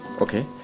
Okay